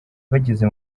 bageze